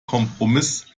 kompromiss